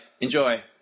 enjoy